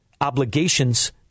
obligations